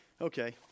Okay